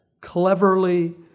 cleverly